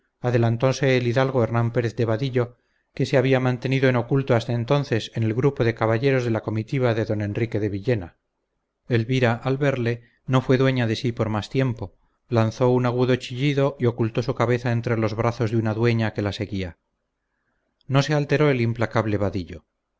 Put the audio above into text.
adelantóse el hidalgo hernán pérez de vadillo que se había mantenido oculto hasta entonces en el grupo de caballeros de la comitiva de don enrique de villena elvira al verle no fue dueña de sí por más tiempo lanzó un agudo chillido y ocultó su cabeza entre los brazos de una dueña que la seguía no se alteró el implacable vadillo